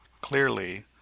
Clearly